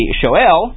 shoel